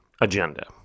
agenda